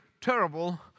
terrible